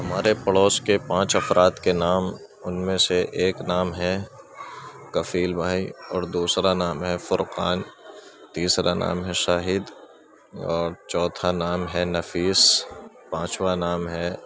ہمارے پڑوس کے پانچ افراد کے نام ان میں سے ایک نام ہے کفیل بھائی اور دوسرا نام ہے فرقان تیسرا نام ہے شاہد اور چوتھا نام ہے نفیس پانچواں نام ہے